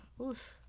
oof